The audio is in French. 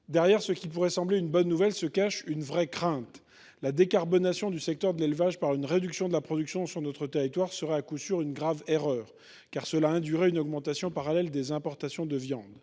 Derrière ce qui pourrait sembler une bonne nouvelle se cache une vraie crainte. Chercher à décarboner le secteur de l’élevage par une réduction de la production sur notre territoire serait à coup sûr une grave erreur, car cela induirait une augmentation parallèle des importations de viandes.